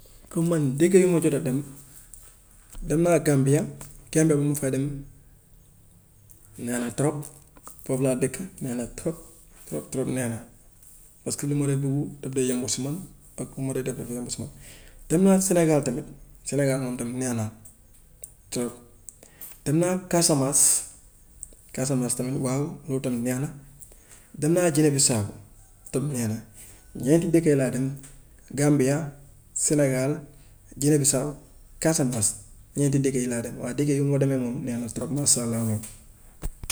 Comme man dëkk yu ma jot a dem, dem naa gambia, gambia mu ngi fay dem, neex na trop, foofu laa dëkk, neex na trop, trop trop neex na, parce que lu ma dee dugg daf dee yomb si man ak lu ma dee def dafa yomb si man. Dem naa sénégal tamit, sénégal moom tamit neex trop. Dem naa casamance, casamance tamit waaw moom tamit neex na. Dem naa guinée-bissau tam neex na, ñeenti dëkk yooyu laa dem gambia, sénégal, guinée-bissau, casamance, ñeenti dëkk yii laa dem, waaye dëkk yi ma demee moom neex na trop masha allah waaw